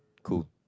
cool